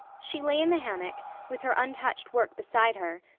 she lay in the hammock, with her untouched work beside her,